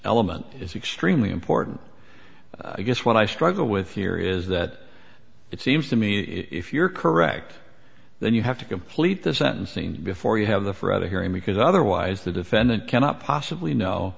element is extremely important i guess what i struggle with here is that it seems to me if you're correct then you have to complete the sentencing before you have the for other hearing because otherwise the defendant cannot possibly kno